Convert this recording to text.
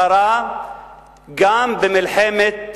קרה גם במלחמת